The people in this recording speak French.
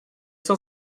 cent